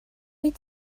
wyt